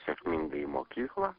sėkmingai į mokykla